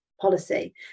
policy